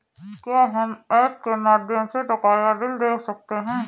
क्या हम ऐप के माध्यम से बकाया बिल देख सकते हैं?